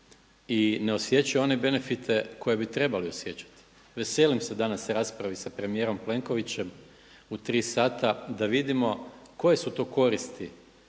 i ne osjećaju one benefite koje bi trebali osjećati. Veselim se danas raspravi sa premijerom Plenkovićem u tri sata da vidimo koje su to koristi